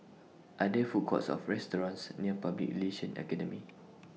Are There Food Courts Or restaurants near Public Relations Academy